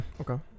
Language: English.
Okay